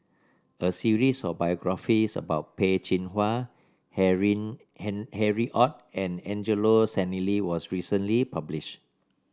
a series of biographies about Peh Chin Hua Harry Han Harry Ord and Angelo Sanelli was recently published